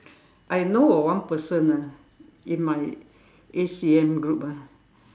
I know of one person ah in my A_C_M group ah